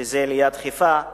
ליד חיפה,